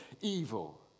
evil